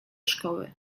szkoły